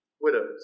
widows